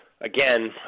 again